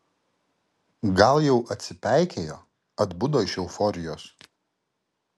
gal jau atsipeikėjo atbudo iš euforijos